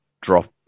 drop